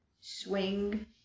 swing